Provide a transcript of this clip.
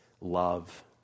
love